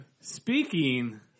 speaking